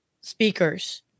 speakers